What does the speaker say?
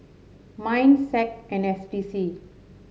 Minds SAC and S D C